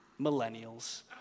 Millennials